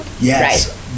yes